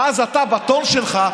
ואז אתה בטון שלך,